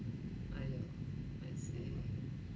I know I see